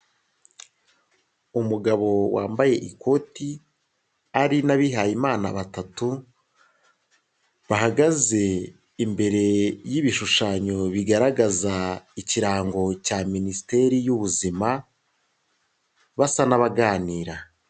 Umugabo wambaye ikoti, ari n'abihayeye Imana batatu, bahagaze imbere y'ibishushanyo bigaragaza ikirango cya minisiteri y'ubuzima, basa n'abaganira.